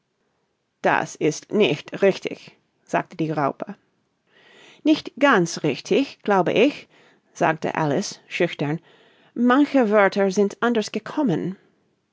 das ist nicht richtig sagte die raupe nicht ganz richtig glaube ich sagte alice schüchtern manche wörter sind anders gekommen